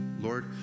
Lord